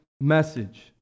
message